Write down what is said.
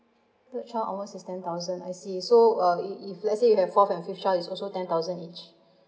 third child onward is ten thousand I see so uh if if let's say you have fourth and fifth child is also ten thousand each